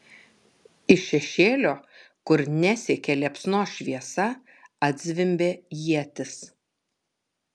iš šešėlio kur nesiekė liepsnos šviesa atzvimbė ietis